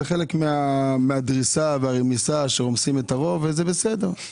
זה חלק מהדרישה והרמיסה שרומסים את הרוב וזה בסדר.